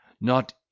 not